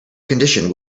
condition